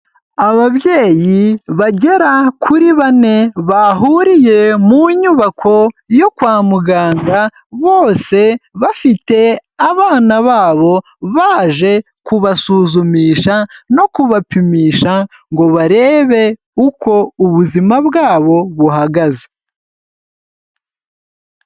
Ababyeyi bagera kuri bane bahuriye mu nyubako yo kwa muganga, bose bafite abana babo baje kubasuzumisha no kubapimisha ngo barebe uko ubuzima bwabo buhagaze.